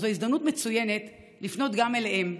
זאת הזדמנות מצוינת לפנות גם אליהם,